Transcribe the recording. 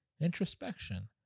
introspection